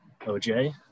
OJ